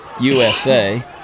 USA